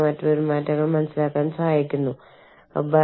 കാരണം നമ്മൾ എല്ലാവരും ആ സംസ്കാരത്തിൽ പ്രവർത്തിക്കുന്നവരാണ്